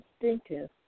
instinctive